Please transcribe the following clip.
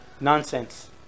nonsense